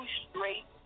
straight